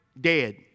dead